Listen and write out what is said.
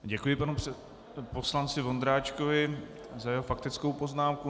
Děkuji panu poslanci Vondráčkovi za jeho faktickou poznámku.